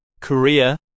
Korea